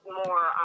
more